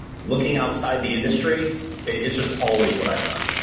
looking outside the industry is just always what i've done.